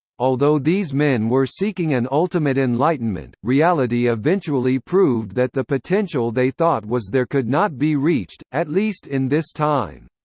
although these men were seeking an ultimate enlightenment, reality eventually proved that the potential they thought was there could not be reached, at least in this time.